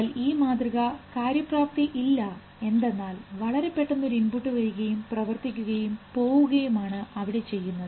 എന്നാൽ ഈ മാതൃക കാര്യപ്രാപ്തി ഇല്ല എന്തെന്നാൽ വളരെ പെട്ടെന്ന് ഒരു ഇൻപുട്ട് വരികയും പ്രവർത്തിക്കുകയും പോവുകയാണ് അവിടെ നടക്കുന്നത്